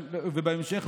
ובהמשך,